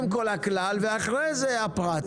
הדיווח והפרטים